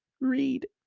read